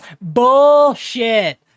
Bullshit